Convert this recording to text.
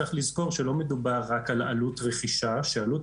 צריך לזכור שלא מדובר רק על עלות רכישה שעלות